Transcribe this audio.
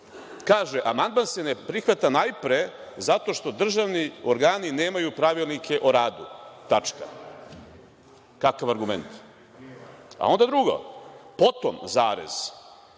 Kaže – amandman se ne prihvata najpre zato što državni organi nemaju pravilnike o radu. Tačka. Kakav argument? Onda drugo, potom, zarez,